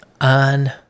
on